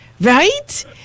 Right